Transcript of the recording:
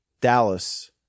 Dallas